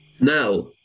Now